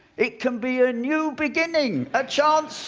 it can be a new beginning, a chance.